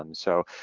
um so,